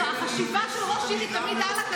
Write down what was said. אז החשיבה של ראש עיר היא תמיד הלאה,